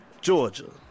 Georgia